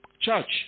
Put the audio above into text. Church